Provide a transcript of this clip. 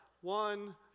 one